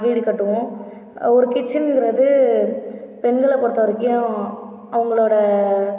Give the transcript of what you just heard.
வீடு கட்டுவோம் ஒரு கிச்சன்னுங்குறது பெண்களை பொருத்த வரைக்கும் அவங்களோட